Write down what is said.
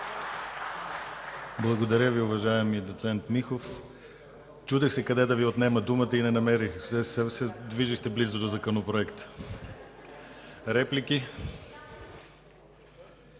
Благодаря, уважаеми доц. Михов. Чудех се къде да Ви отнема думата и не намерих – все се движехте близо до Законопроекта. Реплики?